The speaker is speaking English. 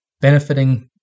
benefiting